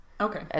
Okay